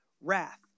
wrath